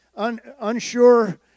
unsure